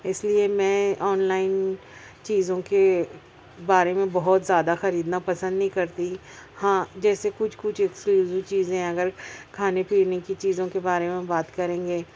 اس لیے میں online چیزوں کی بارے میں بہت زیادہ خریدنا پسند نہیں کرتی ہاں جیسے کچھ کچھ ایکسکلوزیو چیزیں ہیں اگر کھانے پینے کی چیزوں کے بارے میں بات کریں گے